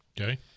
Okay